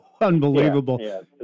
Unbelievable